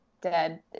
dead